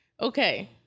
okay